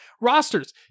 Rosters